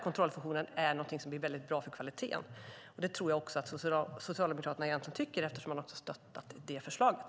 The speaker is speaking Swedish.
Kontrollfunktionen är någonting som är väldigt bra för kvaliteten. Det tror jag att Socialdemokraterna egentligen också tycker eftersom de har stöttat det förslaget.